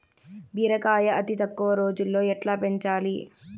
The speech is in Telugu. బీరకాయ అతి తక్కువ రోజుల్లో ఎట్లా పెంచాలి?